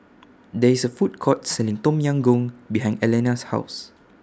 There IS A Food Court Selling Tom Yam Goong behind Elana's House